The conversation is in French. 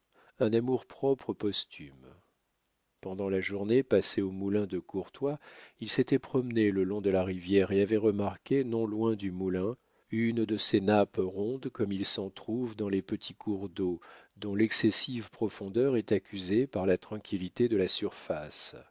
un amour-propre posthume pendant la journée passée au moulin de courtois il s'était promené le long de la rivière et avait remarqué non loin du moulin une de ces nappes rondes comme il s'en trouve dans les petits cours d'eau dont l'excessive profondeur est accusée par la tranquillité de la surface